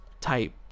type